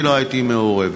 אני לא הייתי מעורבת,